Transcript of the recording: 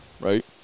right